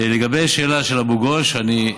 לגבי השאלה של אבו גוש, אני,